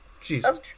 Jesus